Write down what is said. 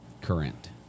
current